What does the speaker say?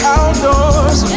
Outdoors